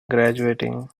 graduating